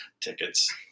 tickets